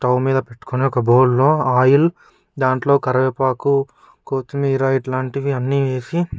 stove మీద పెట్టుకొని ఒక బౌల్లో ఆయిల్ దాంట్లో కరివేపాకు కొత్తిమీర ఇట్లాంటివన్నీ వేసి